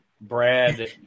Brad